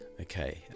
Okay